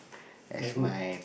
like who